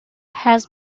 has